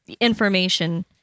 information